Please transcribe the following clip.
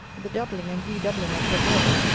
the doubling and redoubling of her voice,